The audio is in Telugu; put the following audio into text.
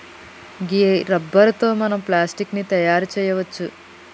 గీ రబ్బరు తో మనం ప్లాస్టిక్ ని తయారు చేయవచ్చు